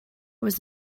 was